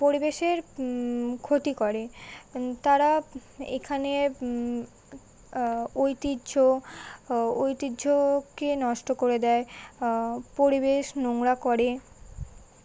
পরিবেশের ক্ষতি করে তারা এখানে ঐতিহ্য ঐতিহ্যকে নষ্ট করে দেয় পরিবেশ নোংরা করে